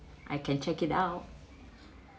I can check it out